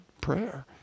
prayer